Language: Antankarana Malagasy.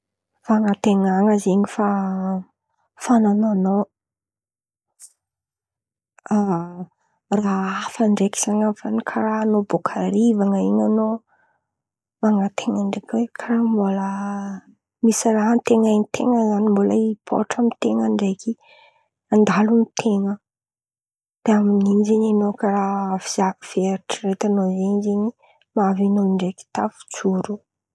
Fananten̈ana zen̈y fa fanan̈anao raha hafa ndraiky zen̈y atao karàha an̈ao bôka rivan̈a zen̈y an̈ao mananten̈a ndraiky oe mbala misy raha anten̈ain-ten̈a zany mbola hipoitra ndraiky andalo amin-ten̈a de amininy zen̈y an̈ao karàha avo fieritreretan̈a zen̈y tafiarin̈a ndraiky tafijoro.